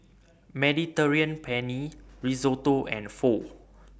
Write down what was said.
Mediterranean Penne Risotto and Pho